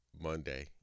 Monday